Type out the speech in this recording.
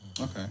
Okay